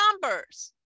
numbers